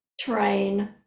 train